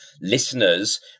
listeners